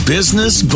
Business